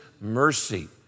mercy